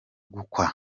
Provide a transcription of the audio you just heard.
gukwa